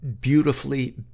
beautifully